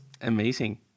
Amazing